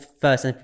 first